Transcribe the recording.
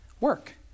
work